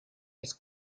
his